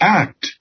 act